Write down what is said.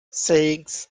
sayings